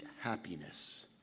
happiness